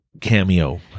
cameo